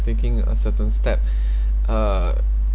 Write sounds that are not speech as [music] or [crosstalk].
taking a certain step [breath] uh